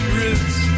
roots